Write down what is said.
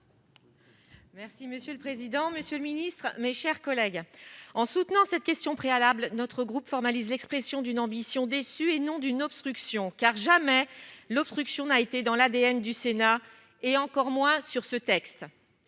Merci monsieur le président, Monsieur le Ministre, mes chers collègues, en soutenant cette question préalable notre groupe formalisent l'expression d'une ambition déçue et non d'une obstruction car jamais l'obstruction n'a été dans l'ADN du Sénat, et encore moi sur ce texte,